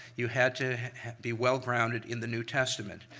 you had to be well grounded in the new testament.